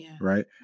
right